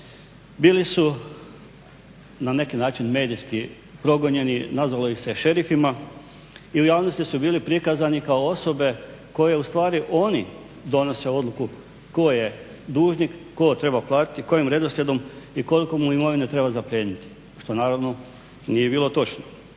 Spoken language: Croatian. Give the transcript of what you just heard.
bili su na neki način medijski progonjeni, nazvalo ih se šerifima i javnosti su bili prikazani kao osobe koje ustvari oni donose odluku tko je dužnik, tko treba platiti, kojim redoslijedom i koliko mu imovine treba zaplijeniti što naravno nije bilo točno.